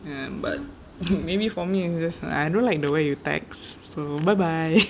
ya but maybe for me is just I don't like the way you text so bye bye